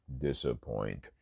disappoint